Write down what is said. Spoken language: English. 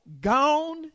gone